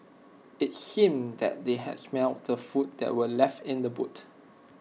IT seemed that they had smelt the food that were left in the boot